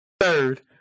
third